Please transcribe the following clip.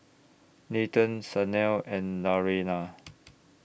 Nathan Sanal and Naraina